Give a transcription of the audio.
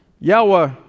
Yahweh